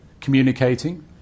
communicating